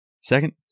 Second